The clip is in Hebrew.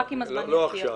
לא עכשיו.